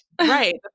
Right